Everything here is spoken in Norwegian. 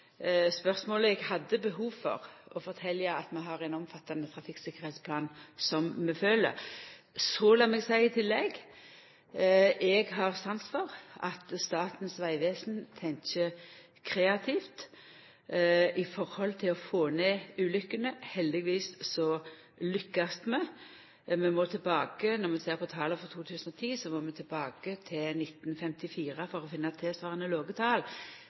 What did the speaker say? spørsmålet. Eg hadde behov for å fortelja at vi har ein omfattande trafikktryggleiksplan som vi følgjer. Så lat meg i tillegg seia: Eg har sans for at Statens vegvesen tenkjer kreativt for å få ned talet på ulykker. Heldigvis lykkast vi. Når vi ser på tala for 2010, må vi tilbake til 1954 for å finna tilsvarande låge tal.